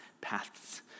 paths